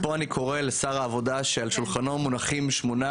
אז פה אני קורא לשר העבודה שעל שולחנו מונחים שמונה